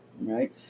Right